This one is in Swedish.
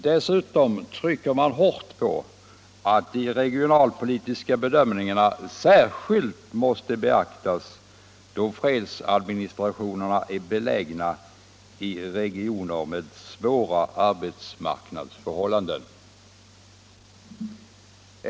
Dessutom trycker man hårt på att de regionalpolitiska bedömningarna särskilt måste beaktas då fredsadministrationerna är belägna i regioner med svåra arbetsmarknadsförhållanden.